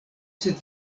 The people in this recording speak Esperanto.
sed